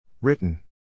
Written